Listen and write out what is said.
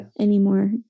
Anymore